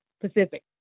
Pacific